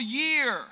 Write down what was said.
year